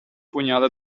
pugnale